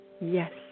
Yes